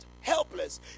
Helpless